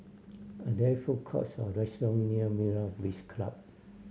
are there food courts or restaurant near Myra Breach Club